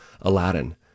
Aladdin